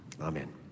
Amen